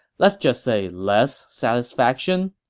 let's just say less satisfaction?